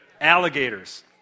Alligators